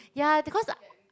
ya because